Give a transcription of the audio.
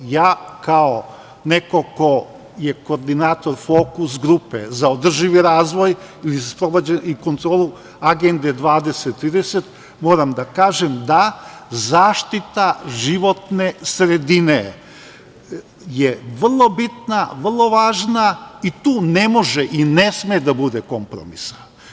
Ja kao neko ko je koordinator „Fokus grupe“ za održivi razvoj i kontrolu Agende 20-30, moram da kažem da zaštita životne sredine je vrlo bitna, vrlo važna i tu ne može i ne sme da bude kompromisa.